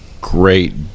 great